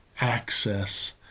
access